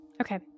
Okay